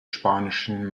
spanischen